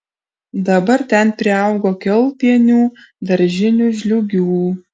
dabar ten priaugo kiaulpienių daržinių žliūgių